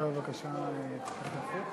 יושב-ראש ועדת הכנסת נתקבלה.